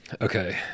Okay